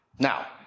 Now